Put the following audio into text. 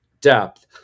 depth